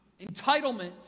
entitlement